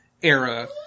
era